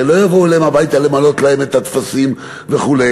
הרי לא יבואו אליהם הביתה למלא להם את הטפסים וכו'